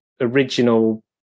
original